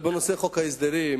בנושא חוק ההסדרים,